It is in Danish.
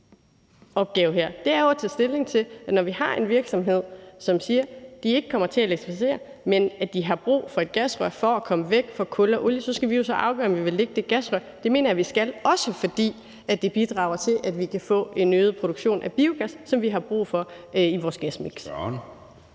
her er jo, når vi har en virksomhed, som siger, at de ikke kommer til at elektrificere, men at de har brug for et gasrør for at komme væk fra kul og olie, at tage stilling til det og så afgøre, om vi vil lægge det gasrør. Og det mener jeg at vi skal, også fordi det bidrager til, at vi kan få en øget produktion af biogas, som vi har brug for i vores gasmiks.